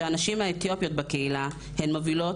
שהנשים האתיופיות בקהילה הן מובילות,